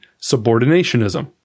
subordinationism